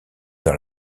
dans